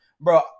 Bro